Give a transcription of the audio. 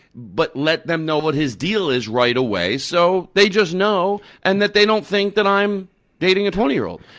but let them know what his deal is right away, so they just know, and that they don't think that i'm dating a twenty-year-old.